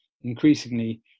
increasingly